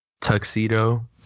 tuxedo